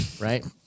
Right